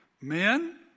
Men